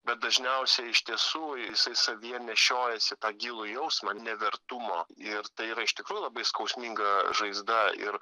bet dažniausiai iš tiesų jisai savyje nešiojasi tą gilų jausmą nevertumo ir tai yra iš tikrųjų labai skausminga žaizda ir